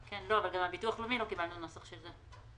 גם מהביטוח הלאומי לא קיבלנו נוסח של זה.